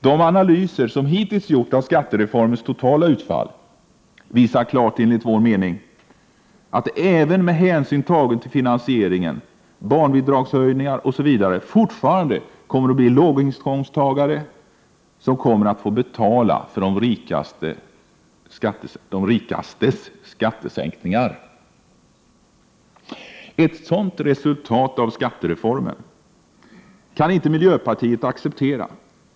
De analyser som hittills har gjorts av skattereformens totala utfall visar klart, enligt vår mening, att det — även med hänsyn tagen till finansieringen, barnbidragshöjningar osv. — fortfarande kommer att bli låginkomsttagare som får betala för de rikas skattesänkningar. Ett sådant resultat av skattereformen kan inte miljöpartiet acceptera.